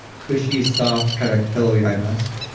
cushy, soft, kind of pillowy eye mask,